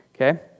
okay